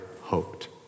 hoped